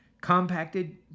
compacted